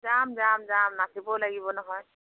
যাম যাম যাম নাচিবও লাগিব নহয়